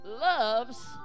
loves